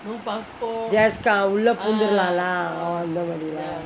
just உள்ளே பூந்துரலாம்:ullae poonthuralaam lah oh அந்த மாரி:antha maari lah